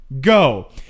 go